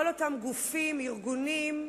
כל אותם גופים, ארגונים,